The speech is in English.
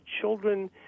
children